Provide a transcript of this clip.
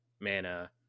mana